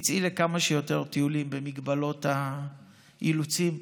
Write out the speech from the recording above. תצאי לכמה שיותר טיולים, במגבלות האילוצים פה,